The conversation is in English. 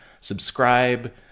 Subscribe